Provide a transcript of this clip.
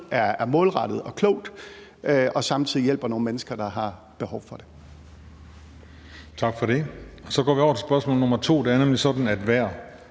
er målrettet og klogt og samtidig hjælper nogle mennesker, der har behov for det.